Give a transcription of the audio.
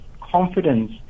confidence